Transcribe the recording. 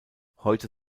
heute